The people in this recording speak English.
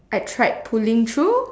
I tried pulling through